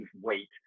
weight